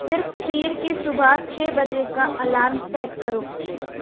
صرف پیر کی صبح چھے بجے کا الارم سیٹ کرو